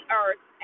earth